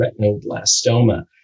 Retinoblastoma